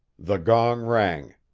the gong rang.